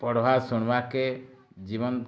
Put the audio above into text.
ପଢ଼୍ବା ଶୁନ୍ବାକେ ଜୀବନ୍